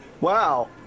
Wow